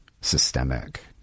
systemic